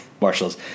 Marshall's